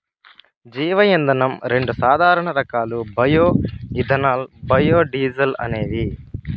జీవ ఇంధనం రెండు సాధారణ రకాలు బయో ఇథనాల్, బయోడీజల్ అనేవి